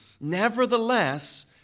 Nevertheless